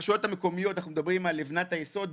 הרשויות המקומיות, אנחנו מדברים על לבנת היסוד.